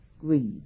greed